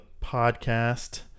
podcast